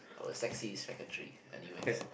our sexy secretary anyways